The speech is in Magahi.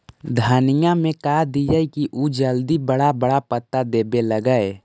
धनिया में का दियै कि उ जल्दी बड़ा बड़ा पता देवे लगै?